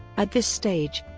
at this stage,